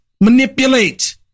manipulate